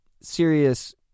serious